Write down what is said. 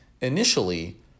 initially